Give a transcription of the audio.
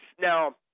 now